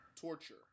torture